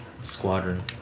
squadron